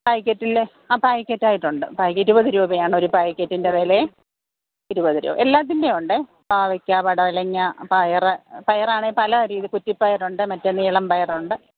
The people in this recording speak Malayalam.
പാക്കറ്റിൽ ആ പാക്കറ്റ് ആയിട്ട് ഉണ്ട് പായ് ഇരുപത് രൂപയാണ് ഒരു പാക്കറ്റിൻറെ വിലയേ ഇരുപത് രൂ എല്ലാത്തിൻറെയും ഉണ്ടേ പാവയ്ക്ക പടവലങ്ങ പയർ പയർ ആണെങ്കിൽ പല രീതിക്ക് കുറ്റി പയർ ഉണ്ട് മറ്റേ നീളം പയറുണ്ട്